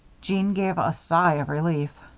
jeanne gave a sigh of relief.